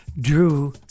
drew